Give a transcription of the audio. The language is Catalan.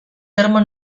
terme